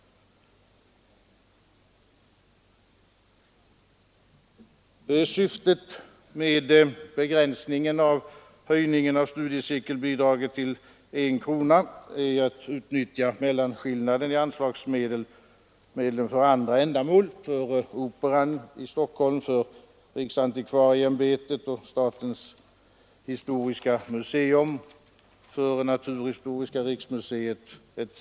Syftet med att begränsa höjningen av studiecirkelbidraget till en krona är att utnyttja mellanskillnaden i anslagsmedlen till andra ändamål: för Operan i Stockholm, för riksantikvarieimbetet och för statens historiska museum, för naturhistoriska riksmuseet etc.